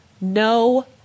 No